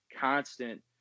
constant